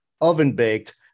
oven-baked